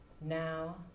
Now